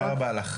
תודה רבה לך.